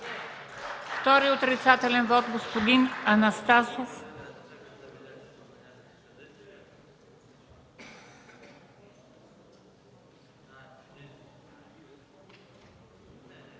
Втори отрицателен вот – господин Анастасов.